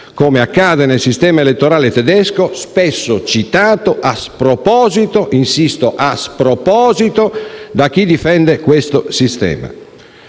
come accade nel sistema elettorale tedesco, spesso citato a sproposito - insisto sul punto - da chi difende questo sistema.